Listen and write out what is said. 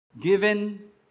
Given